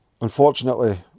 Unfortunately